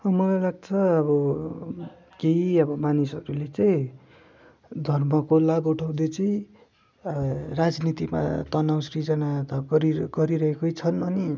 मलाई लाग्छ अब केही अब मानिसहरूले चाहिँ धर्मको लाभ उठाउँदै चाहिँ राजनीतिमा तनाव सृजना त गरिरहेकै छन् अनि